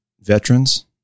veterans